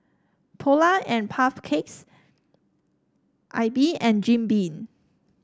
Polar and Puff Cakes AIBI and Jim Beam